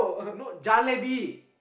no jalebi